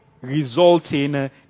resulting